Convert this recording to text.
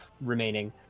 remaining